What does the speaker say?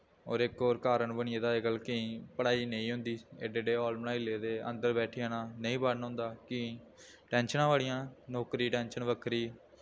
होर इक होर कारन बनी गेदा अज्जकल केईं पढ़ाई नेईं होंदा एड्डे एड्डे हाल बनाई लेदे अन्दर बैठी जाना नेईं पढ़न होदा केईं टैंशनां बड़ियां नौकरी टैंशन बक्खरी